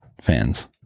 fans